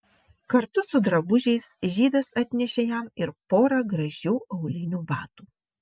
kartu su drabužiais žydas atnešė jam ir porą gražių aulinių batų